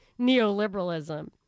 neoliberalism